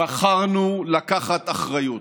בחרנו לקחת אחריות,